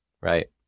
right